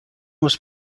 was